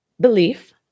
belief